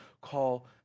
call